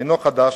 אינה חדשה.